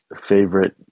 favorite